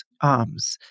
arms